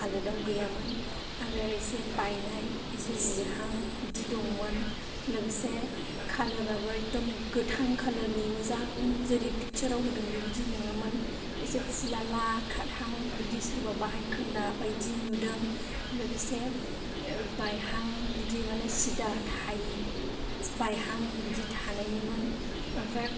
हालोदाव गैयामोन आरो इसे बायनाय इसे जिहां बिदि दंमोन लोगोसे कालाराबो एकदम गोथां कालारनि मोजां जेरै पिक्साराव होदों बेबायदि नङामोन इसे फुलाला खाथां बिदि सोरबा बाहायखोन्दा बायदि नुदों लोगोसे ओह बायहां बिदि माने सिदा थायि बायहां बिदि थानायनिमोन ओमफ्राय